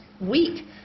week